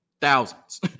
Thousands